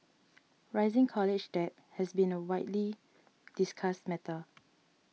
rising college debt has been a widely discussed matter